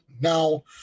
Now